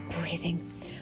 breathing